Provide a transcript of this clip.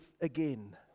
again